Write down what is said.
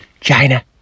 China